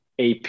AP